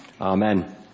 Amen